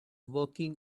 working